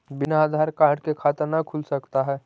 बिना आधार कार्ड के खाता न खुल सकता है?